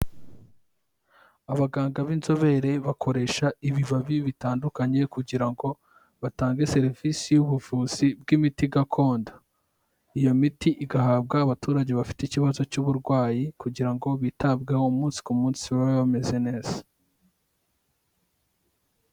Abaganga b'inzobere bakoresha ibibabi bitandukanye kugira ngo batange serivisi y'ubuvuzi bw'imiti gakondo, iyo miti igahabwa abaturage bafite ikibazo cy'uburwayi kugira ngo bitabweho umunsi ku munsi baba bameze neza.